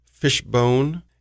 Fishbone